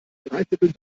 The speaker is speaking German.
dreiviertel